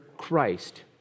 christ